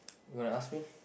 you gonna ask me